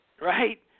Right